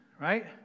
right